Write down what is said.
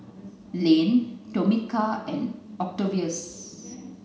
Lane Tomika and Octavius